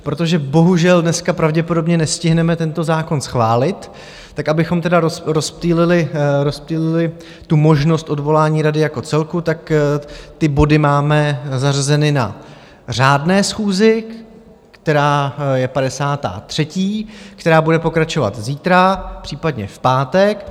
Protože bohužel dneska pravděpodobně nestihneme tento zákon schválit, tak abychom tedy rozptýlili možnost odvolání rady jako celku, tak ty body máme zařazeny na řádné schůzi, která je 53., která bude pokračovat zítra, případně v pátek.